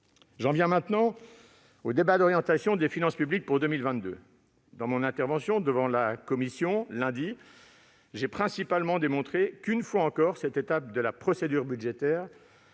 J'en viens maintenant au débat d'orientation des finances publiques pour 2022. Dans mon intervention devant la commission, lundi dernier, j'ai principalement démontré que, une fois encore, cette étape de la procédure budgétaire